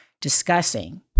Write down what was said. discussing